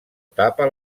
tapa